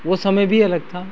वो समय भी अलग था